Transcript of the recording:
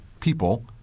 people